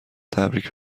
تبریک